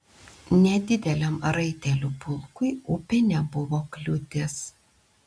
nedideliam raitelių pulkui upė nebuvo kliūtis